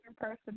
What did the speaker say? person